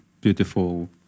beautiful